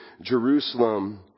Jerusalem